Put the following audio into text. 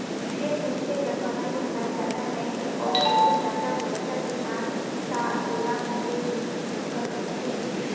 जेन मइनसे के कमाई धमाई जादा नइ हे अउ लोन जादा पइसा के मांग ही त ओला मिले मे दिक्कत होथे